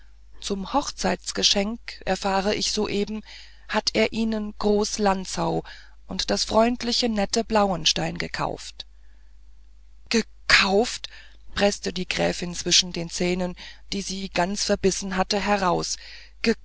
zum hochzeitgeschenk erfahre ich soeben hat er ihnen groß lanzau und das freundliche nette blauenstein gekauft gekauft preßte die gräfin zwischen den zähnen die sie ganz verbissen hatte heraus